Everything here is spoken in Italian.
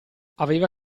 aveva